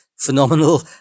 phenomenal